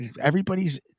Everybody's